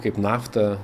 kaip nafta